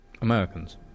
Americans